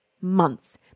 months